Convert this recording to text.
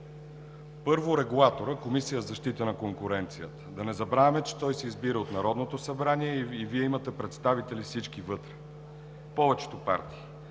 Първо, регулаторът – Комисията за защита на конкуренцията, да не забравяме, че той се избира от Народното събрание и всички Вие имате представители вътре, повечето партии.